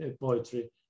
poetry